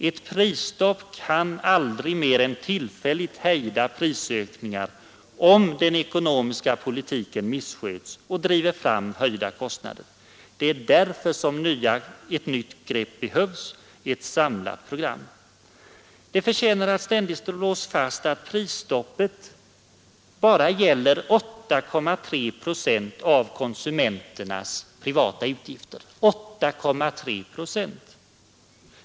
Ett prisstopp kan aldrig mer än tillfälligt hejda prisökningar, om den ekonomiska politiken missköts och driver fram höjda kostnader! Det är därför som det behövs nya grepp, ett samlat program. Det förtjänar att ständigt slås fast att prisstoppet bara gäller 8,3 procent av konsumenternas privata utgifter.